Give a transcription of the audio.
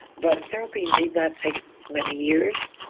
but therapy need not take many years.